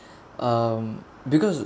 um because